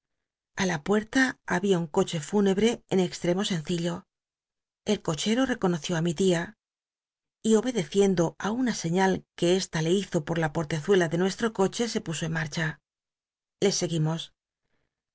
ti la puerta había un coche fúnebre en extremo sencillo el cochero e on oció ü mi tia y obedeciendo ti una señal que esta le hizo por la portezuela de nuestro coche se puso en marcha le seguimos